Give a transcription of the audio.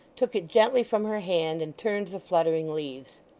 took it gently from her hand, and turned the fluttering leaves.